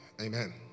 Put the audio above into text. Amen